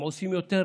הם עושים יותר